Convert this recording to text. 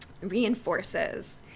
reinforces